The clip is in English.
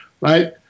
right